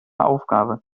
aufgabe